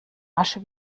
asche